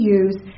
use